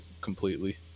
completely